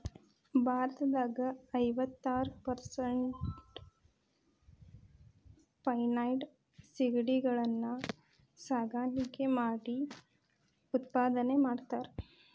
ಭಾರತದಾಗ ಐವತ್ತಾರ್ ಪೇರಿಸೆಂಟ್ನಷ್ಟ ಫೆನೈಡ್ ಸಿಗಡಿಗಳನ್ನ ಸಾಕಾಣಿಕೆ ಮಾಡಿ ಉತ್ಪಾದನೆ ಮಾಡ್ತಾರಾ